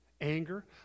anger